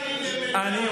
כל הזמן,